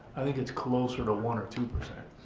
i think it's closer to one or two percent.